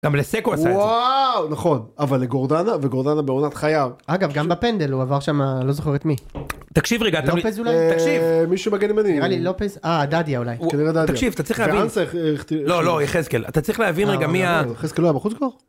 גם לסקו עשה את זה, נכון אבל לגורדנה וגורדנה בעונת חייו, אגב גם בפנדל הוא עבר שם לא זוכר את מי, תקשיב רגע, לופז אולי, תקשיב, מישהו מגן ימני, אה דדיה אולי, תקשיב אתה צריך להבין, לא לא יחזקאל, אתה צריך להבין רגע מי ה, יחזקאל לא היה בחוץ כבר?